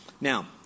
Now